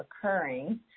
occurring